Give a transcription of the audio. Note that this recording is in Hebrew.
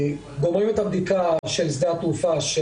גומרים את הבדיקה של שדה התעופה כאשר